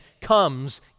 comes